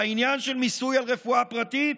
והעניין של מיסוי של רפואה פרטית,